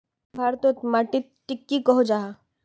भारत तोत माटित टिक की कोहो जाहा?